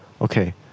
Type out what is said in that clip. okay